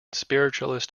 spiritualist